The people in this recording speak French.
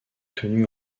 tenus